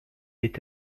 est